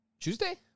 Tuesday